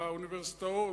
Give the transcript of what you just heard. על האוניברסיטאות,